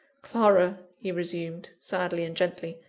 clara, he resumed, sadly and gently,